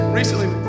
recently